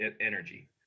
energy